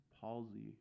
palsy